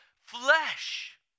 flesh